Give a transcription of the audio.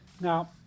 Now